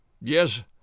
Yes